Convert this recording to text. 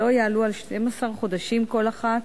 שלא יעלו על 12 חודשים כל אחת,